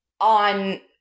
on